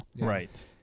Right